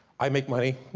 i make money,